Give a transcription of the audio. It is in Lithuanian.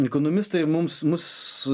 ekonomistai mums mus